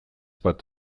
bat